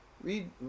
read